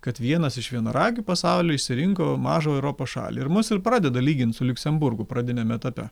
kad vienas iš vienaragių pasauly išsirinko mažą europos šalį ir mus ir pradeda lyginti su liuksemburgu pradiniame etape